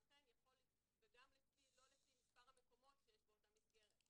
וגם לא לפי מספר המקומות שיש באותה מסגרת,